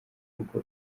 kuko